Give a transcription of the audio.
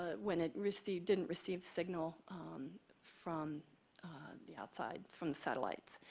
ah when it received didn't receive signal from the outside from the satellites.